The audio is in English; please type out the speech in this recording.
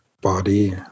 body